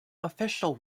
official